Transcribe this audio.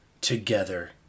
together